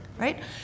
Right